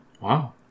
Wow